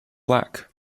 black